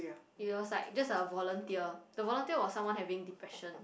he was like just a volunteer the volunteer was someone having depression